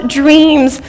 dreams